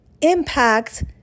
impact